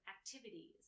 activities